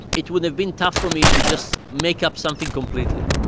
it would have been tough for me to just make up something completely.